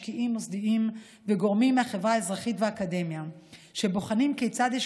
משקיעים מוסדיים וגורמים מהחברה האזרחית והאקדמיה שבוחנים כיצד יש